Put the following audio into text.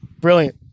brilliant